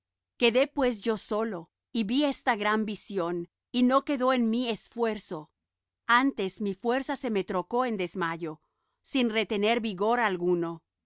quedé pues yo solo y vi esta gran visión y no quedó en mí esfuerzo antes mi fuerza se me trocó en desmayo sin retener vigor alguno